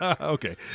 Okay